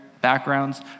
backgrounds